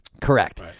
Correct